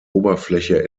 oberfläche